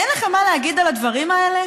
אין לכם מה להגיד על הדברים האלה?